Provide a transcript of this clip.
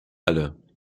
alle